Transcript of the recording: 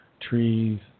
trees